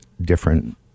different